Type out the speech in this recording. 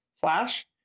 Flash